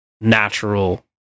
Natural